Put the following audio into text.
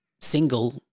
single